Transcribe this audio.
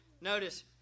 Notice